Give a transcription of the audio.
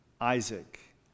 Isaac